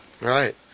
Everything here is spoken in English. Right